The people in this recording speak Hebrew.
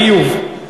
ביוב.